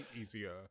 easier